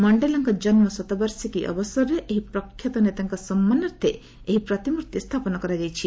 ମଣ୍ଡେଲାଙ୍କ ଜନ୍ମ ଶତବାର୍ଷିକ ଅବସରରେ ଏହି ପ୍ରଖ୍ୟାତ ନେତାଙ୍କ ସମ୍ମାନାର୍ଥେ ଏହି ପ୍ରତିମୂର୍ତ୍ତି ସ୍ଥାପନ କରାଯାଇଛି